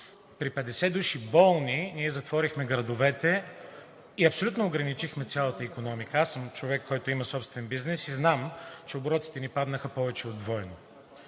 при 50 души болни ние затворихме градовете и абсолютно ограничихме цялата икономика – аз съм човек, който има собствен бизнес, и знам, че оборотите ни паднаха повече от двойно.